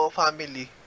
family